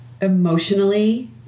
emotionally